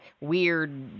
weird